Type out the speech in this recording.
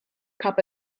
cup